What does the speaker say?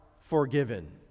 forgiven